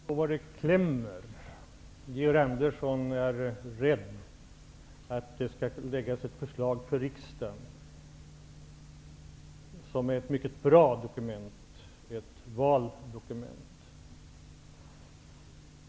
Herr talman! Jag börjar förstå var skon klämmer. Georg Andersson är rädd att det skall läggas fram ett förslag till riksdagen som utgör ett mycket bra dokument -- ett valdokument.